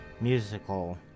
musical